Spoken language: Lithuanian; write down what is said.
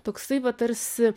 toksai vat tarsi